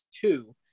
two